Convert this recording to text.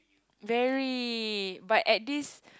very but at this